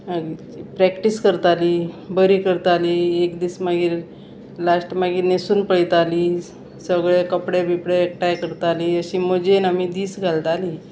मागीर प्रॅक्टीस करतालीं बरी करतालीं एक दीस मागीर लास्ट मागीर न्हेसून पळयतालीं सगळे कपडे बिपडे एकठांय करतालीं अशी मजेन आमी दीस घालताली